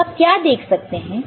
तो आप क्या देख सकते हैं